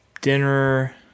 dinner